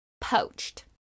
Poached